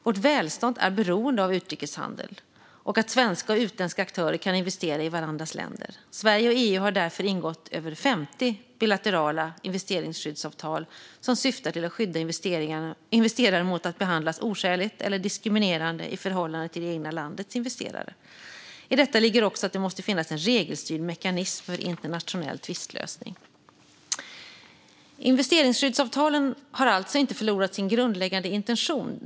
Vårt välstånd är beroende av utrikeshandel och att svenska och utländska aktörer kan investera i varandras länder. Sverige och EU har därför ingått över 50 bilaterala investeringsskyddsavtal som syftar till att skydda investerare mot att behandlas oskäligt eller diskriminerande i förhållande till det egna landets investerare. I detta ligger också att det måste finnas en regelstyrd mekanism för internationell tvistlösning. Investeringsskyddsavtalen har alltså inte förlorat sin grundläggande intention.